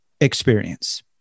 experience